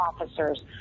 officers